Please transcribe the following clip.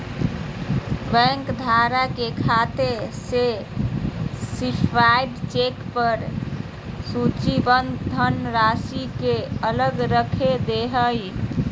bank धारक के खाते में सर्टीफाइड चेक पर सूचीबद्ध धनराशि के अलग रख दे हइ